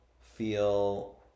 feel